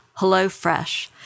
HelloFresh